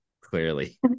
clearly